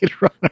Runner